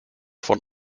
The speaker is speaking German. von